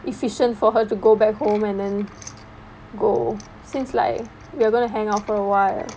efficient for her to go back home and then go since like we're going to hang out for awhile